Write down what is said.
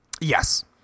Yes